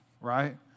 right